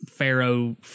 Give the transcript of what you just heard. Pharaoh